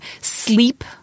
Sleep